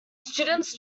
students